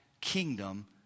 kingdom